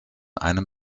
einem